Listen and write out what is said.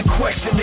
question